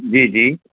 जी जी